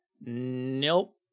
Nope